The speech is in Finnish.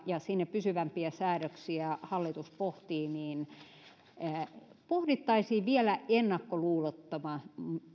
ja sinne pysyvämpiä säädöksiä hallitus pohtii pohdittaisiin vielä ennakkoluulottomammin